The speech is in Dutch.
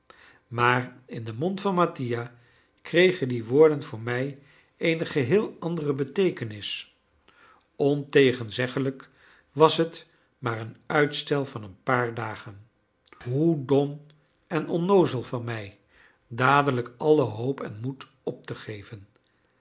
maar in den mond van mattia kregen die woorden voor mij eene geheel andere beteekenis ontegenzeggelijk was het maar een uitstel van een paar dagen hoe dom en onnoozel van mij dadelijk alle hoop en moed op te geven